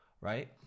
right